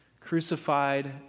crucified